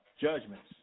Judgments